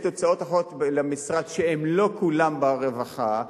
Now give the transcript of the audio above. יש הוצאות אחרות למשרד שהן לא כולן ברווחה,